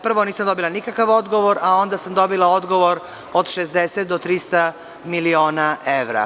Prvo, nisam dobila nikakav odgovor, a onda sam dobila od 60 do 300 miliona evra.